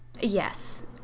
Yes